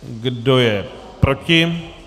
Kdo je proti?